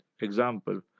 example